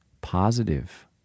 positive